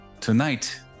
tonight